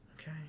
okay